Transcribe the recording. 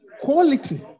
Quality